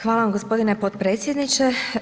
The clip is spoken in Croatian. Hvala gospodine potpredsjedniče.